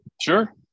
Sure